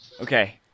Okay